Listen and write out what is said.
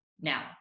Now